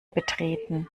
betreten